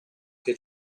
che